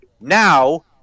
now